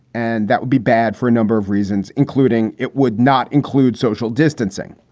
and that would be bad for a number of reasons, including it would not include social distancing.